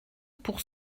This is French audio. pour